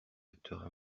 acteurs